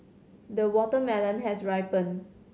the watermelon has ripened